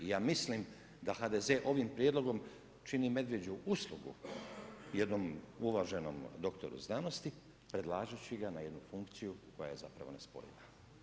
Ja mislim da HDZ ovim prijedlogom čini medvjeđu uslugu jedno uvaženom doktoru znanosti predlažući ga ne jednu funkciju koja je zapravo nespojiva.